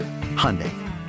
Hyundai